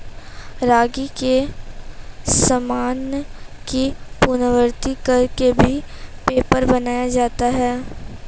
रद्दी के सामान की पुनरावृति कर के भी पेपर बनाया जाता है